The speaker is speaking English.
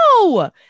no